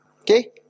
okay